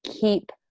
keep